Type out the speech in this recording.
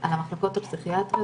על המחלקות הפסיכיאטריות,